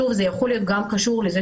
וזה יכול להיות גם קשור לכך,